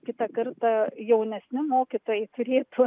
kitą kartą jaunesni mokytojai turėtų